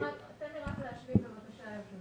תן לי להשלים בבקשה.